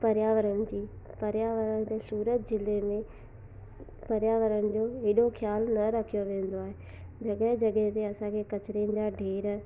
परयावरण जी परयावरण जे सूरत ज़िले में परयावरण जो हेॾो ख़्यालु न रखियो वेंदो आहे जॻहि जॻहि ते असांखे किचिरनि जा ढेर